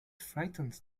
frightened